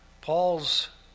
Paul's